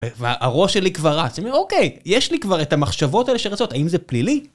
והראש שלי כבר רץ, אוקיי, יש לי כבר את המחשבות האלה שרצות, האם זה פלילי?